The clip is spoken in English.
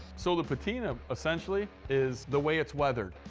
so the patina essentially is the way it's weathered.